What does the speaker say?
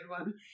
One